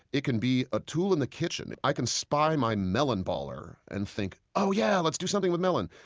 it can be a tool in the kitchen. and i can spy my melon baller and think, oh, yeah, let's do something with melon!